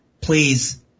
please